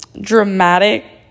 dramatic